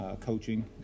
coaching